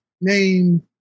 name